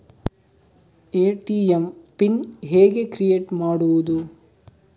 ATM PIN ಹೇಗೆ create ಮಾಡುವುದು?